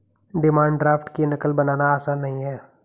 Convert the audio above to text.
demand draft की नक़ल बनाना आसान नहीं है